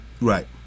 right